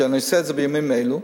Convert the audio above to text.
ואני עושה את זה בימים אלו,